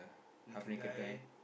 naked guy